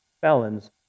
felons